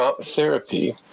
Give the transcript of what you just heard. therapy